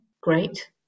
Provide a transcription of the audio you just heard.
great